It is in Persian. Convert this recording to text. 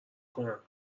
کنم